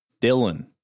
Dylan